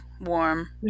warm